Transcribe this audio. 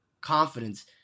confidence